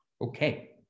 Okay